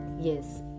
Yes